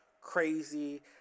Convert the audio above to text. crazy